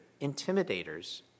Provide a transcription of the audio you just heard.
intimidators